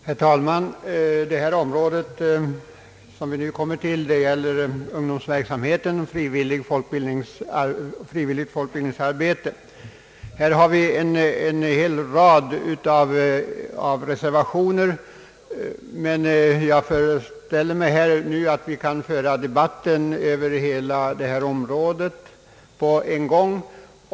Herr talman! Det område som vi nu kommer till gäller ungdomsverksamhet och frivilligt folkbildningsarbete. Här har vi en hel rad reservationer, men jag föreställer mig att vi kan föra debatten över hela området på en gång.